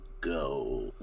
go